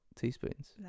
teaspoons